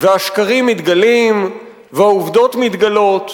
והשקרים מתגלים, והעובדות מתגלות,